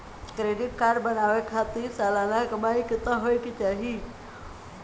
Credit card बनवावे खातिर सालाना कमाई कितना होए के चाही?